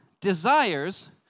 desires